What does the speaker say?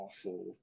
awful